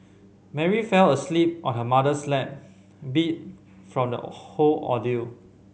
Mary fell asleep on her mother's lap beat from the whole ordeal